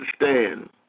understand